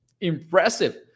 impressive